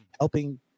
helping